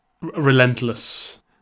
relentless